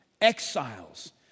exiles